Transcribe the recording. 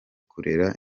kurera